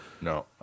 No